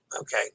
okay